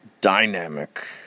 dynamic